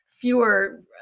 Fewer